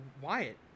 Wyatt